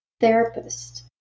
therapist